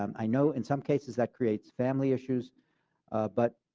um i know in some cases that creates family issues but,